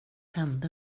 hände